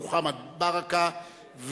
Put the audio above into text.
מוחמד ברכה,